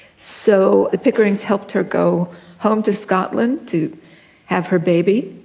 so the pickerings helped her go home to scotland to have her baby,